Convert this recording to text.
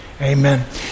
Amen